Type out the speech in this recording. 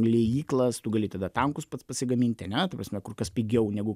liejyklas tu gali tada tankus pats pasigaminti ane ta prasme kur kas pigiau negu